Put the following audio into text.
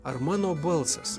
ar mano balsas